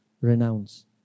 Renounce